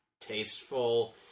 tasteful